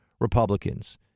Republicans